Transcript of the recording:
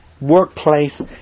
workplace